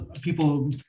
people